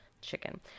chicken